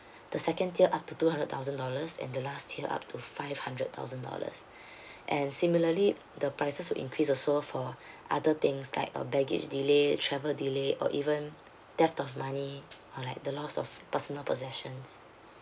the second tier up to two hundred thousand dollars and the last tier up to five hundred thousand dollars and similarly the prices will increase also for other things like uh baggage delay travel delay or even theft of money or like the loss of personal possessions